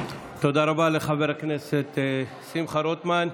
תודה רבה לחבר הכנסת שמחה רוטמן.